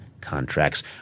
contracts